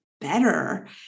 better